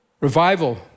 revival